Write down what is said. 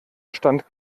stand